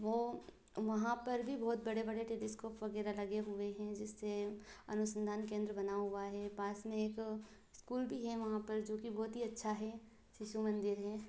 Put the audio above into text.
वो वहाँ पर भी बहोत बड़े बड़े टेलीइस्कोप वगैरह लगे हुए हैं ज़िससे अनुसंधान केंद्र बना हुआ है पास में एक इस्कूल भी हैं वहाँ पर जो कि बहुत ही अच्छा है शिशु मंदिर हें